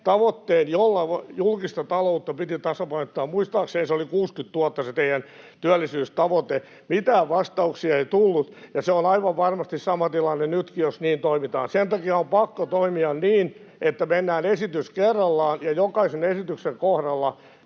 jolla julkista taloutta piti tasapainottaa. Muistaakseni se oli 60 000 se teidän työllisyystavoite. Mitään vastauksia ei tullut, ja se on aivan varmasti sama tilanne nytkin, jos niin toimitaan. Sen takia on pakko toimia niin, että mennään esitys kerrallaan ja jokaisen esityksen kohdalla